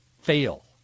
fail